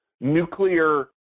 nuclear